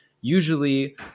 usually